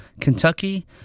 Kentucky